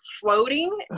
floating